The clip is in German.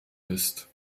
ist